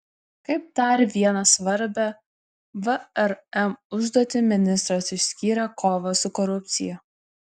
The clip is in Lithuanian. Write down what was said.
kaip dar vieną svarbią vrm užduotį ministras išskyrė kovą su korupcija